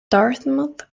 dartmouth